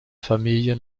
familie